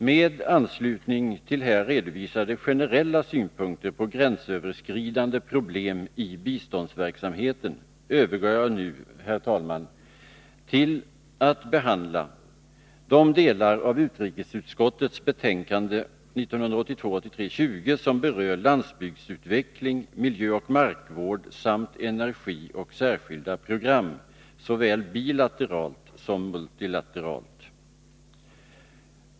I anslutning till här redovisade generella synpunkter på gränsöverskridande problem i biståndsverksamheten övergår jag nu, herr talman, till att behandla de delar av utrikesutskottets betänkande 1982/83:20 som berör landsbygdsutveckling, miljöoch markvård samt energi och särskilda program, såväl bilateralt som multilateralt.